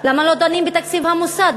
למה לא דנים בתקציב המוסד,